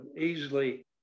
easily